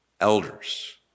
elders